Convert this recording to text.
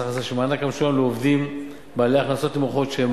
מענק המשולם לעובדים בעלי הכנסות נמוכות שהם